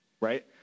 right